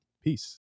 Peace